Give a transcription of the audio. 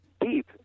deep